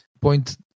point